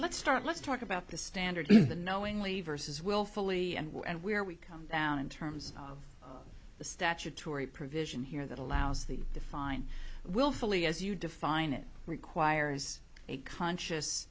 let's start let's talk about the standard that knowingly versus willfully and where we come down in terms of the statutory provision here that allows the define willfully as you define it requires a conscious